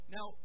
Now